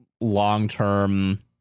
long-term